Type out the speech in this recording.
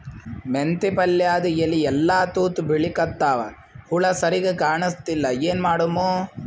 ಮೆಂತೆ ಪಲ್ಯಾದ ಎಲಿ ಎಲ್ಲಾ ತೂತ ಬಿಳಿಕತ್ತಾವ, ಹುಳ ಸರಿಗ ಕಾಣಸ್ತಿಲ್ಲ, ಏನ ಮಾಡಮು?